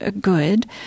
good